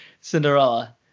Cinderella